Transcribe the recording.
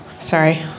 Sorry